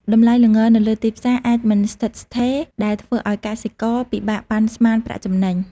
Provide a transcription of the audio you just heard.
តម្លៃល្ងនៅលើទីផ្សារអាចមិនស្ថិតស្ថេរ ដែលធ្វើឱ្យកសិករពិបាកប៉ាន់ស្មានប្រាក់ចំណេញ។